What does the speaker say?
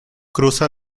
cruza